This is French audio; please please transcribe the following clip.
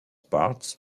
parts